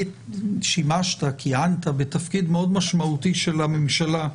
שמשת, כיהנת בתפקיד מאוד משמעותי של הממשלה,